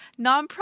nonprofit